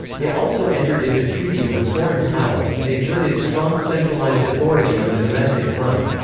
it also entered into treaties with foreign powers and exerted strong centralized authority on the domestic front.